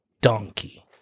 donkey